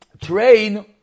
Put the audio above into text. train